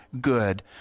good